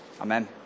Amen